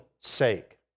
sake